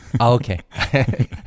okay